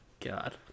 God